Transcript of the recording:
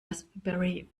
raspberry